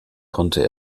konnte